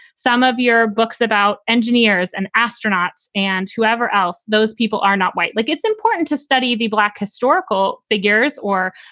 some of your books about engineers and astronauts and whoever else, those people are not white. look, it's important to study the black historical figures or,